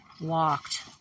walked